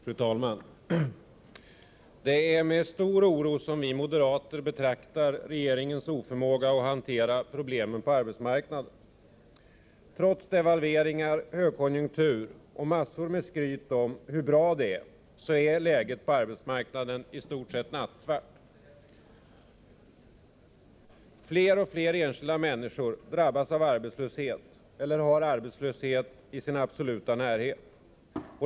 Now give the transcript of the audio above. Fru talman! Det är med stor oro vi moderater betraktar regeringens oförmåga att hantera problemen på arbetsmarknaden. Trots devalveringar, högkonjunktur och massor med skryt om hur bra det är, är läget på arbetsmarknaden i stort sett nattsvart. Fler och fler enskilda människor drabbas av arbetslöshet eller har arbetslöshet i sin absoluta närhet.